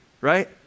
right